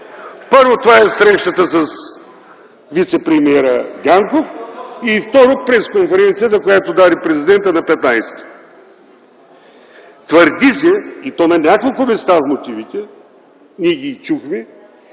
първо, това е срещата с вицепремиера Дянков, и второ, пресконференцията, която даде Президентът на 15-и. Твърди се и то на няколко места в мотивите, ние ги чухме,